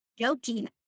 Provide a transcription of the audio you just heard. joking